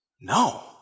No